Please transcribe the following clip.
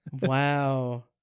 Wow